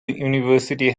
university